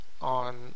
on